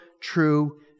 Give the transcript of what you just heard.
true